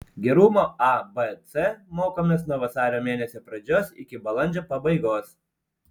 gerumo abc mokomės nuo vasario mėnesio pradžios iki balandžio pabaigos